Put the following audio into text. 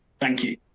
thank you.